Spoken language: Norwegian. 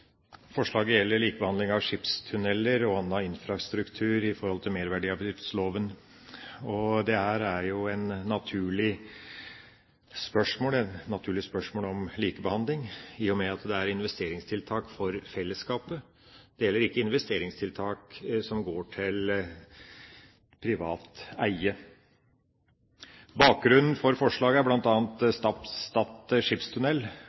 Forslaget gjelder likebehandling av skipstunneler og annen infrastruktur i merverdiavgiftslovgivningen. Det er et naturlig spørsmål om likebehandling, i og med at det er investeringstiltak for fellesskapet. Det gjelder ikke investeringstiltak som går til privat eie. Bakgrunnen for forslaget er bl.a. Stad skipstunnel.